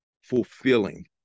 fulfilling